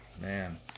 man